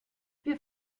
wir